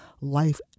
Life